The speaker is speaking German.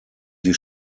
die